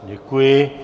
Děkuji.